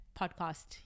podcast